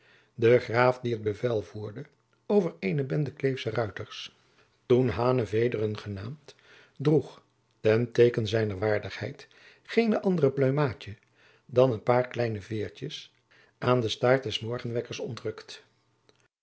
de graaf die het bevel voerde over eene bende kleefsche ruiters toen hanevederen genaamd droeg ten teeken zijner waardigheid geene andere pluimaadje dan een paar kleine veêrtjens aan den staart des morgenwekkers